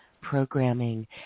programming